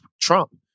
Trump